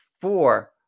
four